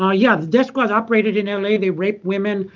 ah yeah. the death squads operated in l a, they raped women,